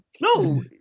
No